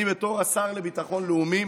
כבוד השר לביטחון לאומי,